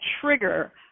trigger